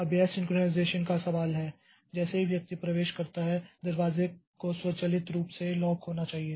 अब यह सिंक्रनाइज़ेशन का सवाल है जैसे ही व्यक्ति प्रवेश करता है दरवाजे को स्वचालित रूप से लॉक होना चाहिए